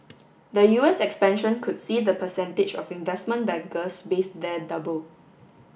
the U S expansion could see the percentage of investment bankers based there double